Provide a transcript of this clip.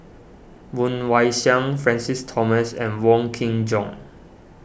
Woon Wah Siang Francis Thomas and Wong Kin Jong